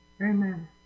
Amen